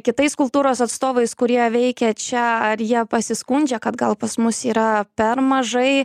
kitais kultūros atstovais kurie veikia čia ar jie pasiskundžia kad gal pas mus yra per mažai